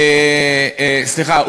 סליחה,